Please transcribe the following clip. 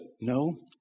no